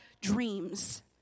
dreams